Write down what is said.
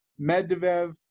Medvedev